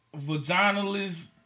Vaginalist